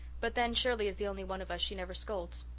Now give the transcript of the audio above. but then shirley is the only one of us she never scolds.